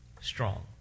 strong